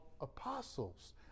apostles